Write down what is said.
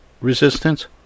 resistance